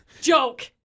joke